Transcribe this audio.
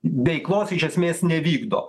veiklos iš esmės nevykdo